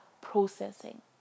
processing